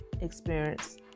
experience